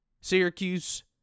Syracuse